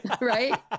right